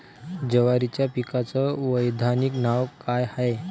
जवारीच्या पिकाचं वैधानिक नाव का हाये?